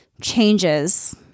changes